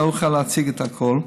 לא אוכל להציג את הכול,